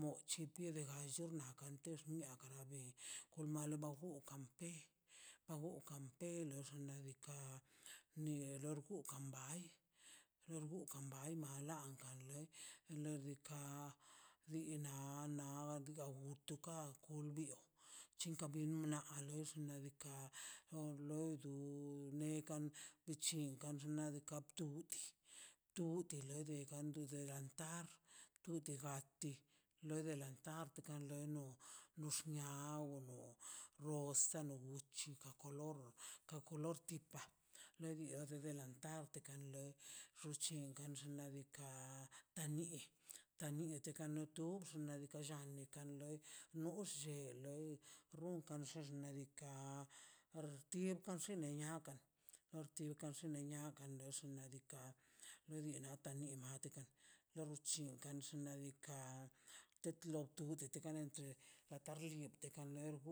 mochi pio legan llo kan tix kara bin olo mal bukan ba gokan te lo xnaꞌ diikaꞌ ni lorgungan bai lorgugan bai na malanga lei doy diikaꞌ liina na daa utuka wulbio chinka na bloi di xnaꞌ diikaꞌ o lor du nekan chikan nadika tub tub to leka ando adelantar tu degati loi delantar tika wak no lox nia awono rosa na guchi ka kolor ka kolor tipa le dii or adelantar te kan lei rruchen xunche ladika ta ni ta ni kato le tox xnaꞌ diikaꞌ llani kan loi nox lle loi rrunkan xax xnaꞌ diikaꞌ rtib kan xe na niakan norti kan xenia niakan lox niadika lo di na ta miate kan lo barchinkan nadika te tlok tu tekara tendria ta tlal rli te kan rlu.